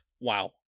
Wow